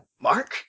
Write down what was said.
Mark